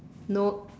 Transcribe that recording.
know